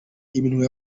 iminwa